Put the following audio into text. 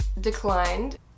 declined